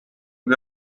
kui